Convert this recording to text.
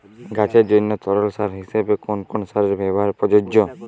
গাছের জন্য তরল সার হিসেবে কোন কোন সারের ব্যাবহার প্রযোজ্য?